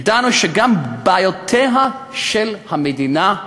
ידענו שגם בעיותיה של המדינה,